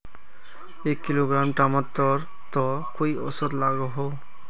एक किलोग्राम टमाटर त कई औसत लागोहो?